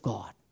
God